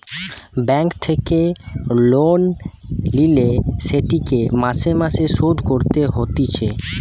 bank থেকে loan লিলে সেটিকে মাসে মাসে শোধ করতে হতিছে